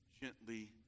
gently